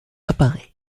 apparait